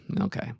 okay